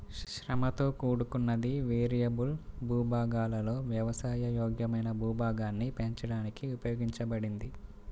శ్రమతో కూడుకున్నది, వేరియబుల్ భూభాగాలలో వ్యవసాయ యోగ్యమైన భూభాగాన్ని పెంచడానికి ఉపయోగించబడింది